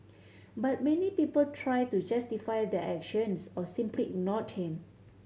but many people try to justify their actions or simply ignored him